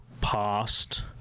past